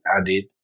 added